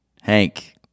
Hank